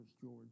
George